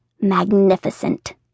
Magnificent